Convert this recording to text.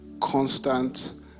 constant